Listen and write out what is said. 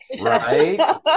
right